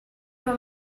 her